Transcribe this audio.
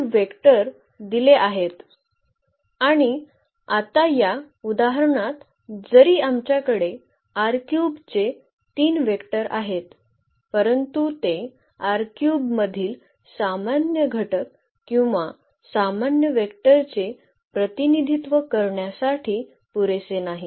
vector दिले आहेत आणि आता या उदाहरणात जरी आमच्याकडे चे तीन वेक्टर आहेत परंतु ते मधील सामान्य घटक किंवा सामान्य वेक्टरचे प्रतिनिधित्व करण्यासाठी पुरेसे नाहीत